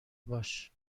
باش